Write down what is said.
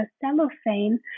cellophane